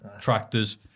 Tractors